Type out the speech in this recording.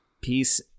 Peace